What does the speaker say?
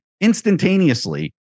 instantaneously